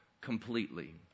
completely